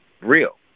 real